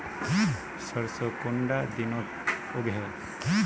सरसों कुंडा दिनोत उगैहे?